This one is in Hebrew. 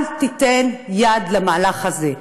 אל תיתן יד למהלך הזה,